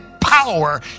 power